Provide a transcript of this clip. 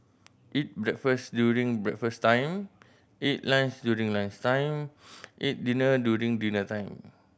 eat breakfast during breakfast time eat lunch during lunch time eat dinner during dinner time